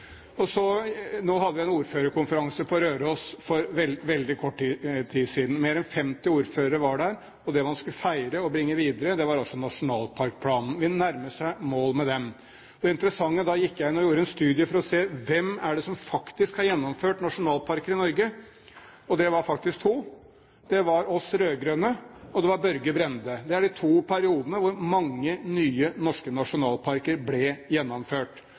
hadde en ordførerkonferanse på Røros for veldig kort tid siden. Mer enn 50 ordførere var der, og det man skulle feire og bringe videre, var nasjonalparkplanen. Vi nærmer oss målet med den. Da gikk jeg inn og gjorde en studie for å se hvem som faktisk har gjennomført nasjonalparkplaner i Norge. Det var faktisk to. Det var vi rød-grønne, og det var Børge Brende. Det var de to periodene hvor mange nye norske nasjonalparkplaner ble gjennomført.